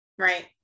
Right